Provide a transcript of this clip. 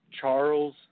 Charles